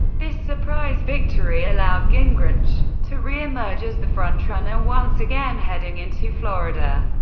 this surprise victory allowed gingrich to reemerge as the frontrunner once again heading into florida.